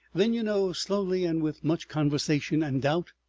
then, you know, slowly and with much conversation and doubt,